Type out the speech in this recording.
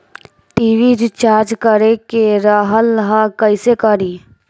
TV recharge करे के रहल ह कइसे करी?